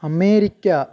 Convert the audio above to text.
America